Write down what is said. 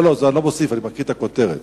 אני לא מוסיף, אני מקריא את הכותרת.